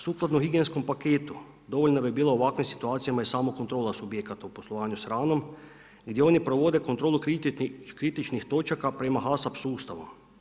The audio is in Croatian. Sukladno higijenskom paketu dovoljno bi bilo u ovakvim situacijama i samokontrola subjekata u poslovanju s hranom gdje oni provode kontrolu kritičnih točaka prema HASAP sustavu.